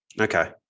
Okay